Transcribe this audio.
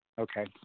Okay